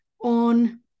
on